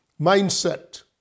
mindset